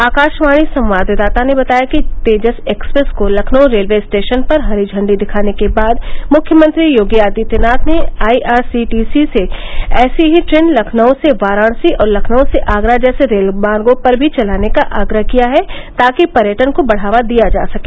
आकाशवाणी संवाददाता ने बताया कि तेजस एक्सप्रेस को लखनऊ रेलवे स्टेशन पर हरी झण्डी दिखाने के बाद मुख्यमंत्री योगी आदित्यनाथ ने I R C T C से ऐसी ही ट्रेन लखनऊ से वाराणसी और लखनऊ से आगरा जैसे रेलमार्गो पर भी चलाने का आग्रह किया है ताकि पर्यटन को बढ़ावा दिया जा सके